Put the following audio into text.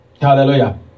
Hallelujah